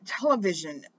television